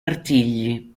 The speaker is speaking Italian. artigli